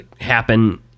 happen